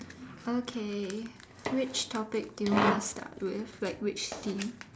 okay which topic do you wanna start with like which theme